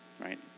right